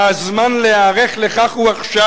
הזמן להיערך לכך הוא עכשיו.